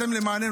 אתם למעננו,